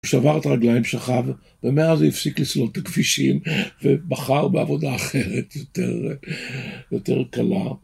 הוא שבר את הרגליים, שכב, ומאז הפסיק לסלול את הכבישים ובחר בעבודה אחרת, יותר קלה.